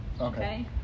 Okay